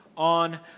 On